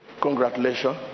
congratulations